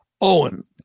Owen